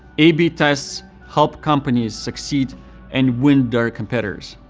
a b tests help companies succeed and win their competitors.